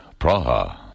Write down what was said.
Praha